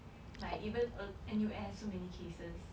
like even N_U_S so many cases